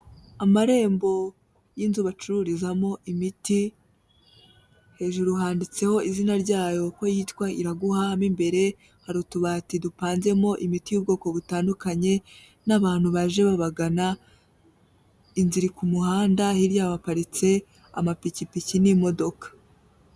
Amarembo y'inzu bacururizamo imiti, hejuru handitseho izina ryayo uko yitwa Iraguha, mo imbere hari utubati dupanzemo imiti y'ubwoko butandukanye n'abantu baje babagana, indi iri ku muhanda, hirya haparitse amapikipiki n'imodoka.